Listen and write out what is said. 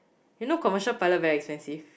you know commercial pilot very expensive